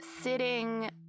sitting